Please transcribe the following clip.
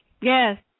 Yes